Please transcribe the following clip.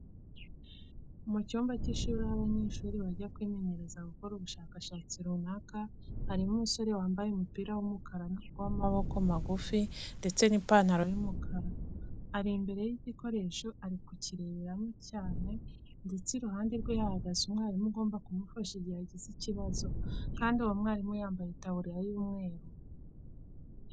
Mu cyumba cy'ishuri aho abanyeshuri bajya kwimenyereza gukora ubushakashatsi runaka, harimo umusore wambaye umupira w'umukara w'amaboko magufi ndetse n'ipantaro y'umukara. Ari imbere y'igikoresho ari kukirebamo cyane ndetse iruhande rwe hahagaze umwarimu ugomba kumufasha igihe agize ikibazo kandi uwo mwarimu yambaye itaburiya y'umweru.